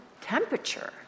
temperature